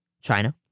China